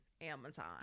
Amazon